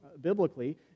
biblically